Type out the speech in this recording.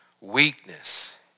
weakness